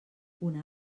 una